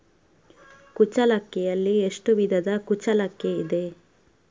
ಕುಚ್ಚಲಕ್ಕಿಯಲ್ಲಿ ಎಷ್ಟು ವಿಧದ ಕುಚ್ಚಲಕ್ಕಿ ಇದೆ?